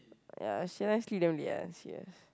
ya she always sleep damn late one serious